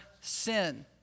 sin